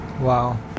Wow